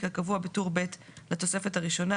כקבוע בטור ב' לתוספת הראשונה,